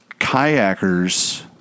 kayakers